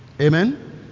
Amen